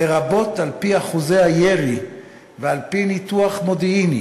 לרבות על-פי אחוזי הירי ועל-פי ניתוח מודיעיני